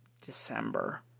December